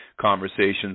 conversations